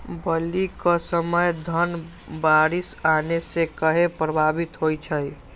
बली क समय धन बारिस आने से कहे पभवित होई छई?